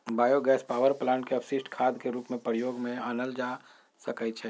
bio gas power plant के अपशिष्ट खाद के रूप में प्रयोग में आनल जा सकै छइ